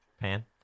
Pan